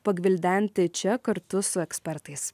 pagvildenti čia kartu su ekspertais